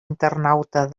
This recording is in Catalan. internauta